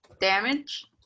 Damage